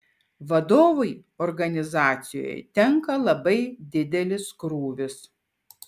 vadovui organizacijoje tenka labai didelis krūvis